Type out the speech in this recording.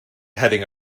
heading